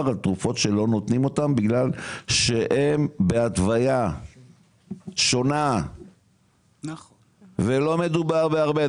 בתרופות שלא נותנים אותן בגלל שהן בהתוויה שונה ולא מדובר בהרבה.